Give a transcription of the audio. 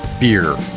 beer